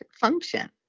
function